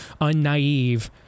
unnaive